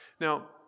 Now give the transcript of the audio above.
Now